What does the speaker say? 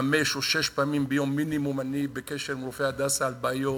שחמש או שש פעמים ביום מינימום בקשר עם רופאי "הדסה" על בעיות: